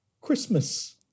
christmas